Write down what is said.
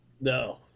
No